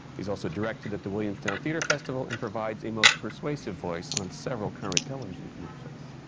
he's also directed at the williamstown theatre festival and provides a most persuasive voice on several current television commercials.